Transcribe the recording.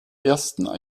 ersten